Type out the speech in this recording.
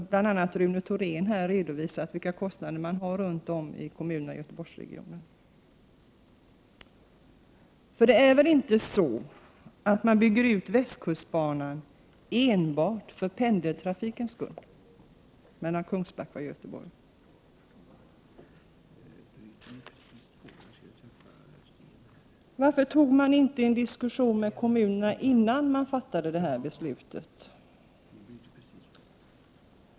Bl.a. Rune Thorén har här redovisat vilka kostnader man har i kommunerna runt om i Göteborgsregionen. Man bygger väl inte ut västkustbanan enbart för pendeltrafiken mellan Kungsbacka och Göteborg? Varför tog man inte en diskussion med kommunerna innan man fattade detta beslut?